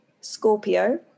Scorpio